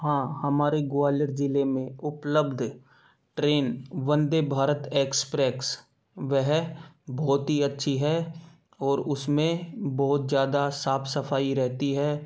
हाँ हमारे ग्वालियर जिले में उपलब्ध ट्रेन वंदे भारत एक्सप्रेस वह बहुत ही अच्छी है और उसमें बहुत ज्यादा साफ सफाई रहती है